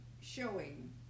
showing